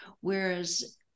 whereas